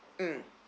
mm